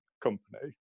company